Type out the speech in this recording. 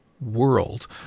world